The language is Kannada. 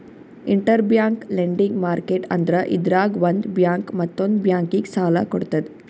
ಇಂಟೆರ್ಬ್ಯಾಂಕ್ ಲೆಂಡಿಂಗ್ ಮಾರ್ಕೆಟ್ ಅಂದ್ರ ಇದ್ರಾಗ್ ಒಂದ್ ಬ್ಯಾಂಕ್ ಮತ್ತೊಂದ್ ಬ್ಯಾಂಕಿಗ್ ಸಾಲ ಕೊಡ್ತದ್